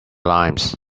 limes